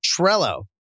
Trello